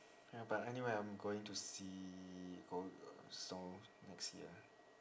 ya but anyway I'm going to see all the snow next year